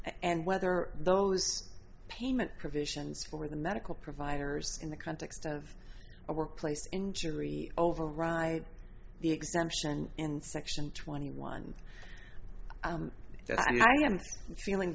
and whether those payment provisions for the medical providers in the context of a workplace injury override the exemption in section twenty one i mean i am feeling